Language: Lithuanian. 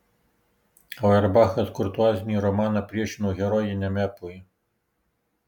auerbachas kurtuazinį romaną priešino herojiniam epui